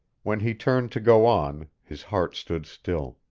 when he turned to go on his heart stood still.